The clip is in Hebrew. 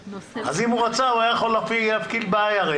אז אם הוא רצה הוא היה יכול להפקיד ב-IRA,